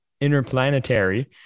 interplanetary